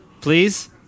Please